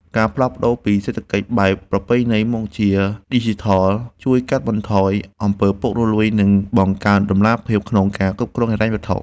ការផ្លាស់ប្តូរពីសេដ្ឋកិច្ចបែបប្រពៃណីមកជាឌីជីថលជួយកាត់បន្ថយអំពើពុករលួយនិងបង្កើនតម្លាភាពក្នុងការគ្រប់គ្រងហិរញ្ញវត្ថុ។